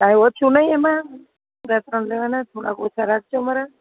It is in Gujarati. કાંઈ ઓછું નહીં એમાં